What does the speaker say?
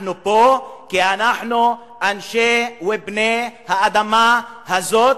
אנחנו פה, כי אנחנו אנשי ובני האדמה הזאת,